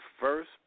first